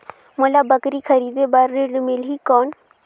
मोला बकरी खरीदे बार ऋण मिलही कौन?